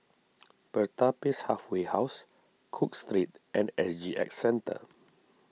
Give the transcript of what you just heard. Pertapis Halfway House Cook Street and S G X Centre